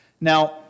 Now